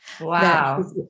Wow